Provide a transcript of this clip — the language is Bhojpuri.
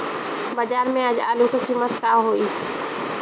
बाजार में आज आलू के कीमत का होई?